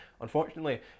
unfortunately